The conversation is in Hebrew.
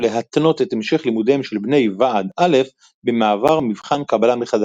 להתנות את המשך לימודיהם של בני ועד א' במעבר מבחן קבלה מחדש.